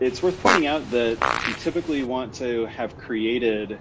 it's worth pointing out that we typically want to have created